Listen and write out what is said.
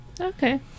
Okay